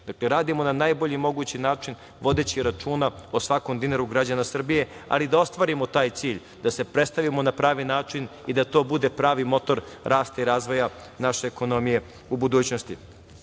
Dakle, radimo na najbolji mogući način, vodeći računa o svakom dinaru građana Srbije, ali da ostvarimo taj cilj, da se predstavimo na pravi način i da to bude pravi motor rasta i razvoja naše ekonomije u budućnosti. Rekli